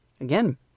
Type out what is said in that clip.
Again